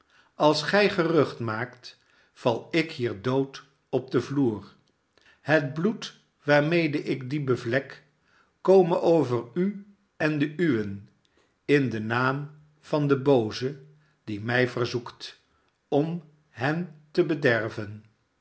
als gij gerucht maakt val ik hier dood op den vloer het bloed waarmede ik dien bevlek kome over u en de uwen in den naam van den booze die mij verzoekt om hen te verderven